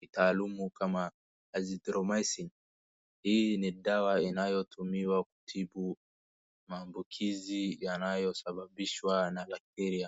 kitaalumu kama Azithromycin. Hii ni dawa inayotumiwa kutibu maambukizi yanayosababishwa na bacteria .